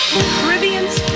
Caribbean's